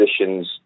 positions